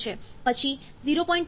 3 થી 0